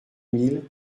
mille